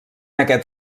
aquest